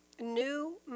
new